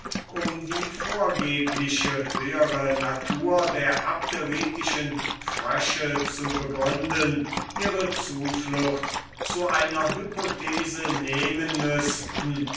um die vorgebliche höhere natur der abderitischen frösche zu begründen ihre zuflucht zu einer hypothese nehmen müßten